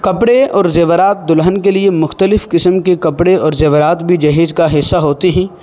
کپڑے اور زیورات دلہن کے لیے مختلف قسم کے کپڑے اور زیورات بھی جہیز کا حصہ ہوتے ہیں